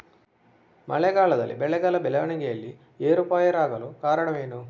ಮಳೆಗಾಲದಲ್ಲಿ ಬೆಳೆಗಳ ಬೆಳವಣಿಗೆಯಲ್ಲಿ ಏರುಪೇರಾಗಲು ಕಾರಣವೇನು?